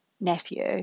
nephew